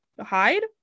hide